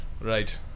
Right